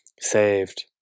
saved